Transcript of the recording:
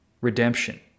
redemption